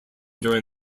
during